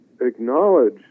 acknowledge